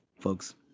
folks